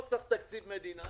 לא צריך תקציב מדינה,